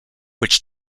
which